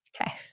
Okay